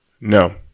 No